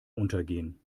untergehen